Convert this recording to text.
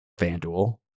FanDuel